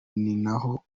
ninaho